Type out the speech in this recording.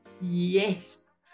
yes